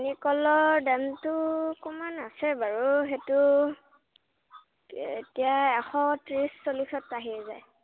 চেনিকলৰ দামটো অকণমান আছে বাৰু সেইটো এতিয়া এশ ত্ৰিছ চল্লিশত আহি যায়